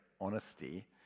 honesty